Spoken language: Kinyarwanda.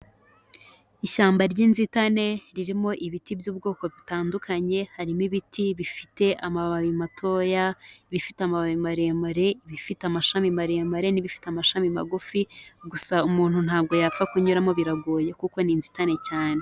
Ishyamba ry'inzitane ririmo ibiti by'ubwoko butandukanye, harimo ibiti bifite amababi matoya, ibifite amababi maremare, ibifite amashami maremare, n'ibifite amashami magufi, gusa umuntu ntabwo yapfa kunyuramo biragoye kuko ni inzitane cyane.